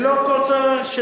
ללא כל צורך,